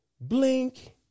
Blink